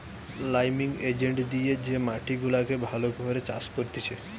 liming agent দিয়ে যে মাটি গুলাকে ভালো করে চাষ করতিছে